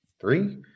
three